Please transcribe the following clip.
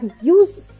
use